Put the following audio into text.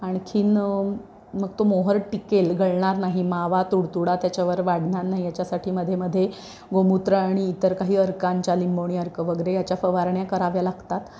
आणखीन मग तो मोहोर टिकेल गळणार नाही मावा तुडतुडा त्याच्यावर वाढणार नाही याच्यासाठी मध्ये मध्ये गोमूत्र आणि इतर काही अर्कांच्या लिंबोणी अर्क वगैरे याच्या फवारण्या कराव्या लागतात